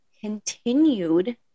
continued